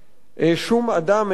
שום אדם איננו אי,